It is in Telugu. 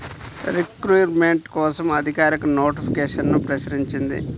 రిక్రూట్మెంట్ కోసం అధికారిక నోటిఫికేషన్ను ప్రచురించింది